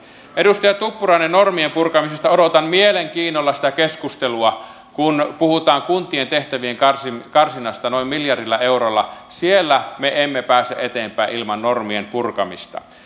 edustaja tuppurainen normien purkamisesta odotan mielenkiinnolla sitä keskustelua kun puhutaan kuntien tehtävien karsinnasta noin miljardilla eurolla siellä me emme pääse eteenpäin ilman normien purkamista